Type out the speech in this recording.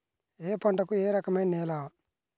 ఏ పంటకు ఏ రకమైన నేల?